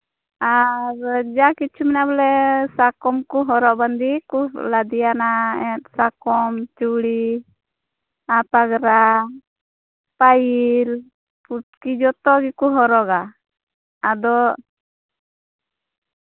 ᱟᱨ ᱡᱟ ᱠᱤᱪᱷᱩ ᱢᱮᱱᱟᱜᱼᱟ ᱵᱚᱞᱮ ᱥᱟᱠᱚᱢ ᱠᱚ ᱦᱚᱨᱚᱜ ᱵᱟᱸᱫᱮ ᱠᱚ ᱞᱟᱫᱮᱭᱟᱱᱟ ᱥᱟᱠᱚᱢ ᱪᱩᱲᱤ ᱟᱨ ᱯᱟᱜᱽᱨᱟ ᱯᱟᱭᱤᱞ ᱯᱩᱴᱠᱤ ᱡᱚᱛᱚ ᱜᱮᱠᱚ ᱦᱚᱨᱚᱜᱟ ᱟᱫᱚ